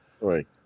Right